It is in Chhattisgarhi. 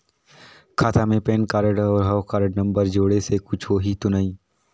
खाता मे पैन कारड और हव कारड नंबर जोड़े से कुछ होही तो नइ?